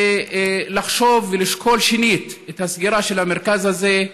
לחשוב ולשקול שנית את הסגירה של המרכז הזה,